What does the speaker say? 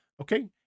Okay